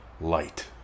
light